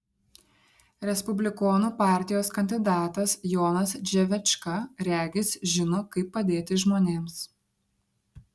respublikonų partijos kandidatas jonas dževečka regis žino kaip padėti žmonėms